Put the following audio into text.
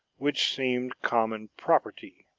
which seemed common property.